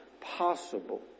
possible